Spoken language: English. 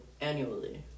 annually